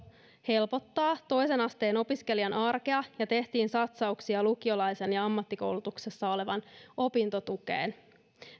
helpottaa toisen asteen opiskelijan arkea ja tehtiin lukiolaisen ja ammattikoulutuksessa olevan opintotukeen